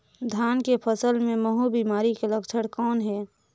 धान के फसल मे महू बिमारी के लक्षण कौन हे?